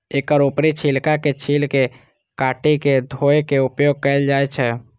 एकर ऊपरी छिलका के छील के काटि के धोय के उपयोग कैल जाए छै